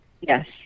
yes